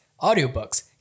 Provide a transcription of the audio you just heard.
audiobooks